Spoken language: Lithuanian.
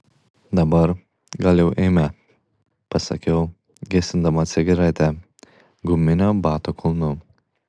dabar gal jau eime pasakiau gesindama cigaretę guminio bato kulnu